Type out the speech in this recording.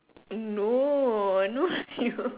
hmm no no you